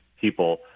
people